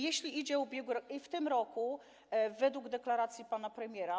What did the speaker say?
Jeśli chodzi o ubiegły rok i w tym roku według deklaracji pana premiera.